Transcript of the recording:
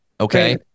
Okay